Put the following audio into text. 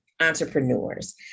entrepreneurs